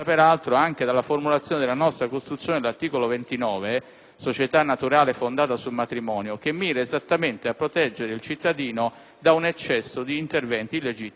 «società naturale fondata sul matrimonio», che mira esattamente a proteggere il cittadino da un eccesso di interventi illegittimi da parte dello Stato.